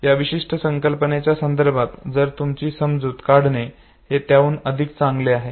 त्या विशिष्ट संकल्पनेच्या संदर्भात तुमची समजूत काढणे हे त्याहून अधिक चांगले आहे